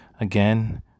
Again